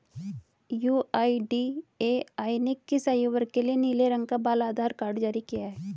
UIDAI ने किस आयु वर्ग के लिए नीले रंग का बाल आधार कार्ड जारी किया है?